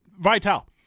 Vital